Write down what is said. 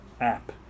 app